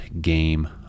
game